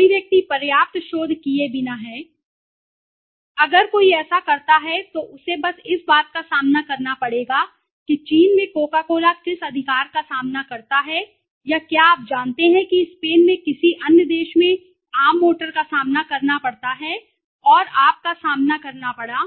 कोई व्यक्ति पर्याप्त शोध किए बिना है अगर कोई ऐसा करता है तो उसे बस इस बात का सामना करना पड़ेगा कि चीन में कोका कोला किस अधिकार का सामना करता है या क्या आप जानते हैं कि स्पेन में किसी अन्य देश में आम मोटर का सामना करना पड़ता है और आप का सामना करना पड़ा